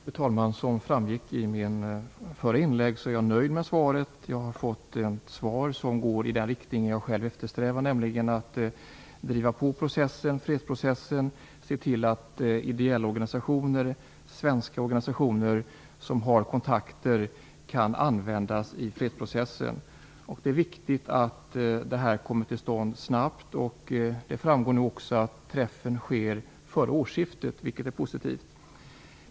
Fru talman! Som framgick av mitt förra inlägg är jag nöjd med svaret. Det går i den riktning jag själv strävar, nämligen mot att vi skall driva på fredsprocessen, se till att ideella organisationer, svenska organisationer som har kontakter, kan användas i fredsprocessen. Det är viktigt att det här kommer till stånd snabbt. Det framgick av statsrådets senaste inlägg att träffen sker före årsskiftet, vilket är positivt.